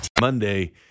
Monday